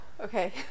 Okay